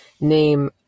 name